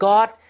God